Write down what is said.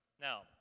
now